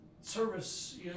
service